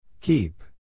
Keep